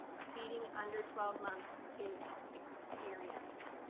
feeding under twelve months is experience.